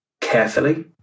carefully